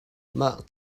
mah